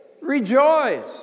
Rejoice